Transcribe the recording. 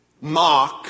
mark